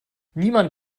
niemand